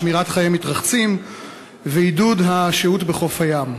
שמירת חיי מתרחצים ועידוד השהות בחוף הים.